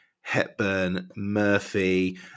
Hepburn-Murphy